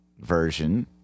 version